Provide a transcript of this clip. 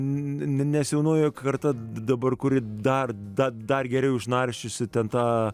nes jaunoji karta dabar kuri dar da dar geriau išnarsčiusi ten tą